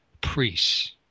priests